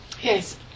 Yes